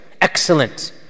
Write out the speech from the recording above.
Excellent